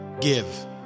Give